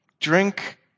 Drink